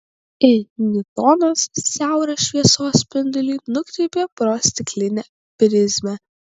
i niutonas siaurą šviesos spindulį nukreipė pro stiklinę prizmę